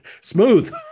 Smooth